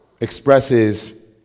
expresses